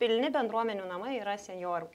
pilni bendruomenių namai yra senjorų